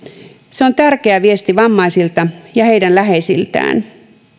se on tärkeä viesti vammaisilta ja heidän läheisiltään